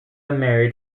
married